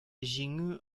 җиңү